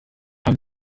auf